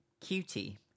Cutie